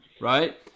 right